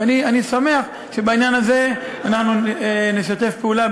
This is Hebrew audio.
ואני שמח שבעניין הזה אנחנו נשתף פעולה.